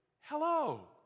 Hello